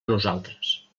nosaltres